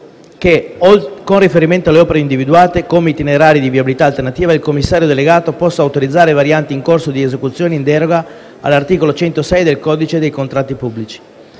che, con riferimento alle opere individuate come itinerari di viabilità alternativa, il commissario delegato possa autorizzare varianti in corso di esecuzione in deroga all’articolo 106 del codice dei contratti pubblici.